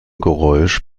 geräusch